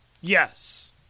Yes